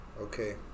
Okay